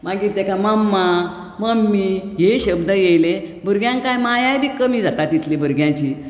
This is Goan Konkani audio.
मागीर तेका मम्मा मम्मी हे शब्द येयले भुरग्यांक कांय माया बी कमी जाता तितली भुरग्यांची